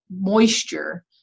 moisture